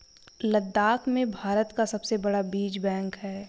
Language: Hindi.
लद्दाख में भारत का सबसे बड़ा बीज बैंक है